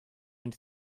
into